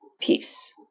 peace